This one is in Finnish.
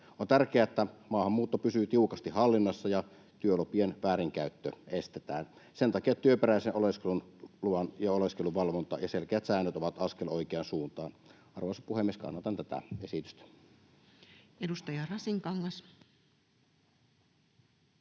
On tärkeää, että maahanmuutto pysyy tiukasti hallinnassa ja työlupien väärinkäyttö estetään. Sen takia työperäisen oleskeluluvan ja oleskelun valvonta ja selkeät säännöt ovat askel oikeaan suuntaan. Arvoisa puhemies! Kannatan tätä esitystä. Edustaja Rasinkangas.